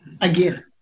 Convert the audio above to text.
again